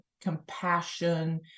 compassion